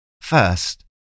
First